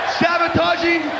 sabotaging